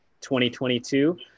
2022